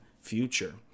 future